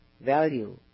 Value